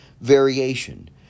Variation